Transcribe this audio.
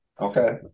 Okay